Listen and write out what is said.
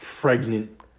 pregnant